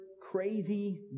crazy